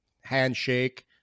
handshake